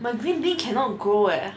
my green bean cannot grow eh